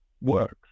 works